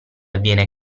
viene